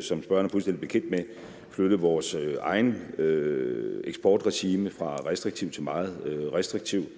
som spørgeren er fuldstændig bekendt med, selv flyttet vores eget eksportregime fra »restriktivt« til »meget restriktivt«,